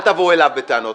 אל תבואו אליו בטענות.